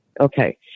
Okay